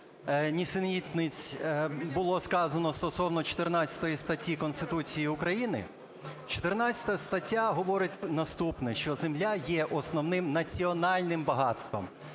нісенітниць було сказано стосовно 14 статті Конституції України. 14 стаття говорить наступне, що земля є основним національним багатством.